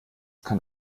kann